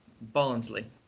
Barnsley